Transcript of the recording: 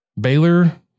Baylor